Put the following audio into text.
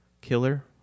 killer